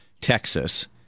Texas